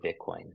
Bitcoin